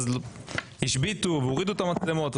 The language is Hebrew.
השביתו והורידו את המצלמות.